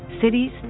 cities